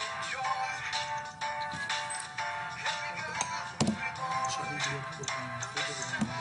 במקור הסרט הזה הוכן כי גם חלק מהעובדים הישראלים